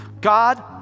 God